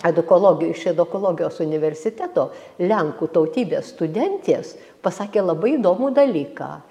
edukologij iš edukologijos universiteto lenkų tautybės studentės pasakė labai įdomų dalyką